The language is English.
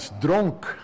drunk